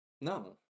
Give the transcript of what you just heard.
No